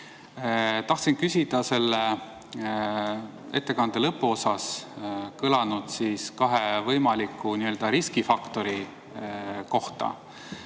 Tahtsin küsida ettekande lõpuosas kõlanud kahe võimaliku riskifaktori kohta.